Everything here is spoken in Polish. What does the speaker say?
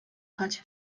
chać